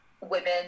women